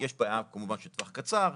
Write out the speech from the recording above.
יש בעיה כמובן של טווח קצר,